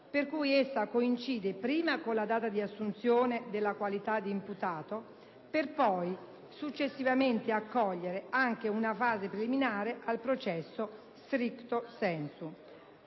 per cui essa coincide prima con la data di assunzione della qualità di imputato, per poi successivamente accogliere anche una fase preliminare al processo *stricto sensu*.